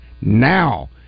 now